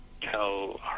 tell